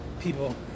people